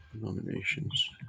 nominations